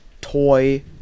toy